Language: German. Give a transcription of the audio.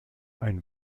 ein